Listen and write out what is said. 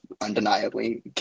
undeniably